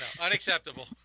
Unacceptable